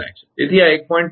તેથી આ 1